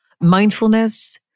mindfulness